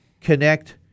connect